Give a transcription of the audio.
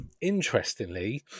Interestingly